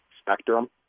spectrum